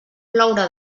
ploure